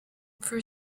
for